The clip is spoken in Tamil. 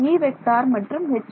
E மற்றும் H